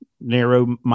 narrow